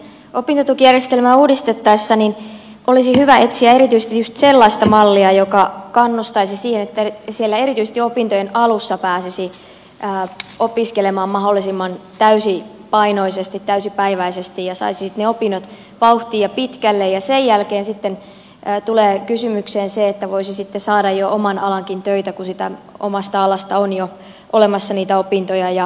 opintotukijärjestelmää uudistettaessa olisi hyvä etsiä erityisesti just sellaista mallia joka kannustaisi siihen että erityisesti siellä opintojen alussa pääsisi opiskelemaan mahdollisimman täysipainoisesti täysipäiväisesti ja saisi sitten ne opinnot vauhtiin ja pitkälle ja sen jälkeen tulee kysymykseen se että voisi sitten saada jo oman alankin töitä kun siitä omasta alasta on jo olemassa niitä opintoja ja taustaa